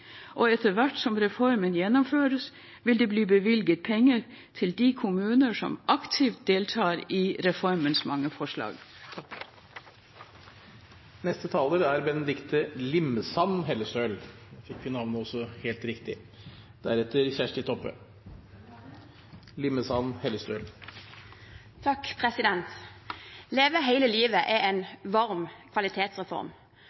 Og etter hvert som reformen gjennomføres, vil det bli bevilget penger til de kommuner som aktivt deltar i reformens mange forslag. Leve hele livet er